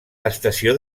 estació